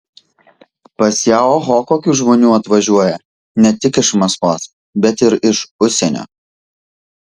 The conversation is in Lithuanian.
pas ją oho kokių žmonių atvažiuoja ne tik iš maskvos bet ir iš užsienio